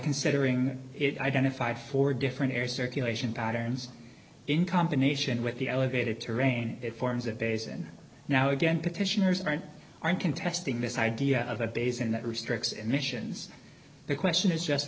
considering it identified four different air circulation patterns in combination with the elevated terrain it forms a basin now again petitioners aren't aren't contesting this idea of a basin that restricts emissions the question is just